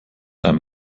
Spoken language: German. einem